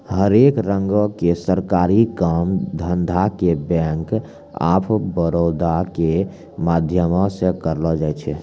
हरेक रंगो के सरकारी काम धंधा के बैंक आफ बड़ौदा के माध्यमो से करलो जाय छै